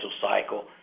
cycle